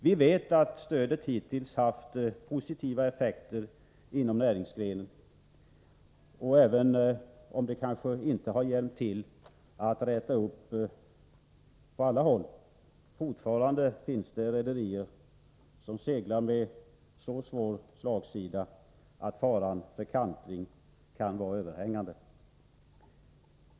Vi vet att stödet hittills haft positiva effekter inom näringsgrenen, även om det kanske inte har hjälpt till att räta upp på alla håll. Fortfarande finns det rederier som seglar med så svår slagsida att faran för kantring kan vara överhängande.